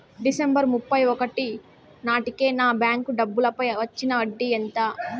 December ముప్పై ఒకటి నాటేకి నా బ్యాంకు డబ్బుల పై వచ్చిన వడ్డీ ఎంత?